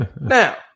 Now